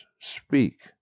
speak